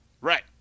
Right